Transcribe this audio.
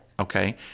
Okay